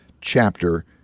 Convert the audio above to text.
chapter